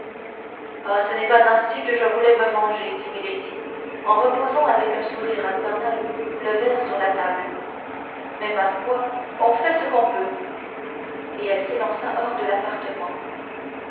ah ce n'est pas ainsi que je voulais me venger dit milady en reposant avec un sourire infernal le verre sur la table mais ma foi on fait ce qu'on peut et elle s'élança hors de l'appartement